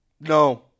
No